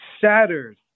shatters